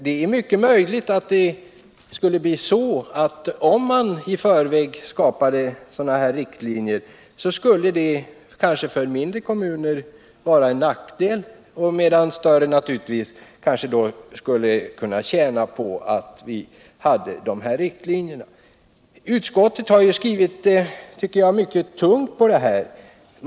Det är mycket möjligt att om man i förväg skapade riktlinjer skulle det för mindre kommuner vara en nackdel, medan större kommuner kunde komma att tjäna på dessa riktlinjer. Jag tycker utskottet skrivit mycket tungt på den här punkten.